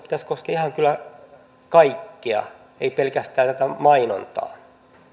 pitäisi koskea kyllä ihan kaikkea ei pelkästään mainontaa